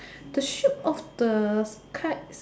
the shoot of the card